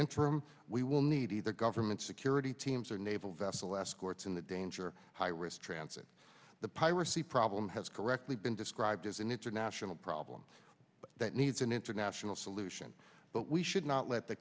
interim we will need either government security teams or naval vessel escorts in the danger high risk transit the piracy problem has correctly been described as an international problem that needs an international solution but we should not let the